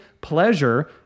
pleasure